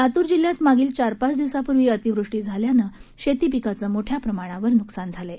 लातूर जिल्ह्यात मागील चार पाच दिवसापूर्वी अतिवृष्टी झाल्यानं शेती पिकांचं मोठ्या प्रमाणावर नुकसान झालं आहे